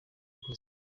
gospel